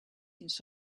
its